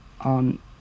on